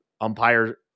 umpire